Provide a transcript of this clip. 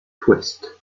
twist